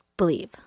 believe